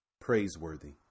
praiseworthy